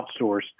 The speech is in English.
outsourced